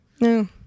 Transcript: no